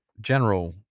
general